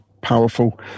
powerful